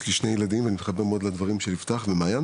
יש לי שתי ילדים ואני מתחבר מאוד לדברים של יפתח ומאיה,